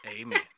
amen